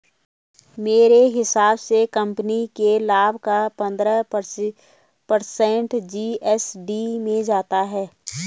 मेरे हिसाब से कंपनी के लाभ का पंद्रह पर्सेंट जी.एस.टी में जाता है